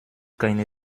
keine